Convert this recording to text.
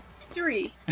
Three